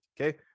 okay